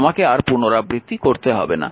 আমাকে আর পুনরাবৃত্তি করতে হবে না